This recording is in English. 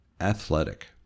Athletic